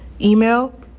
Email